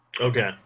Okay